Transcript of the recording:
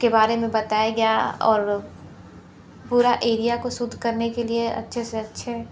के बारे में बताया गया और पूरा एरिया को शुद्ध करने के लिए अच्छे से अच्छे